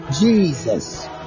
Jesus